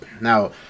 now